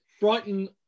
Brighton